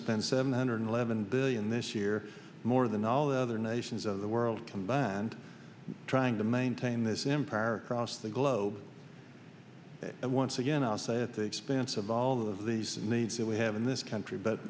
spend seven hundred eleven billion this year more than all the other nations of the world combined trying to maintain this impera cross the globe and once again i say at the expense of all of these needs that we have in this country but